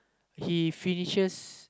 he finishes